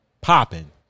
popping